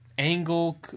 Angle